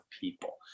people